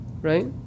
right